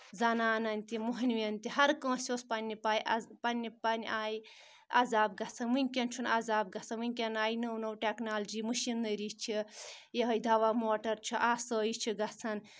زنانَن تہِ مۄہنوؠن تہِ ہر کٲنٛسہِ اوس پَنٕنہِ پَے پنٕنہِ پَنہِ آیہِ عزاب گژھان وٕنکؠن چھُنہٕ عزاب گژھان وٕنکؠن آیہِ نٔو نٔوو ٹؠکنالجی مٔشیٖنٔری چھِ یِہے دَوا موٹر چھُ آسٲیِش چھِ گژھان